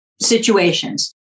Situations